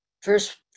first